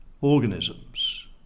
organisms